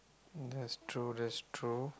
that's true that's true